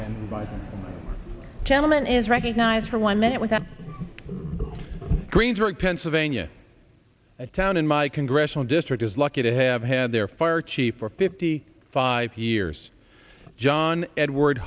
one gentleman is recognized for one minute with the greensburg pennsylvania a town in my congressional district is lucky to have had their fire chief for fifty five years john edward